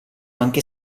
anche